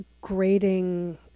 grading